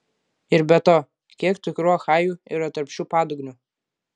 ir be to kiek tikrų achajų yra tarp šių padugnių